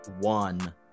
one